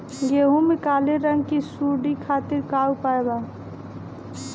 गेहूँ में काले रंग की सूड़ी खातिर का उपाय बा?